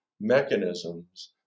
mechanisms